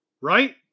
right